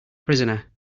prisoner